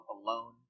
Alone